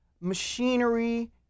machinery